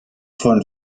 von